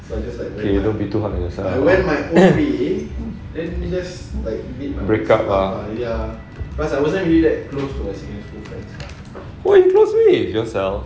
okay you don't be too hard on yourself break up ah why you don't stay yourself